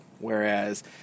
Whereas